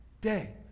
day